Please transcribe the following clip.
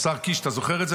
השר קיש, אתה זוכר את זה?